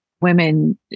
women